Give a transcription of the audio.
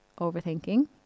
overthinking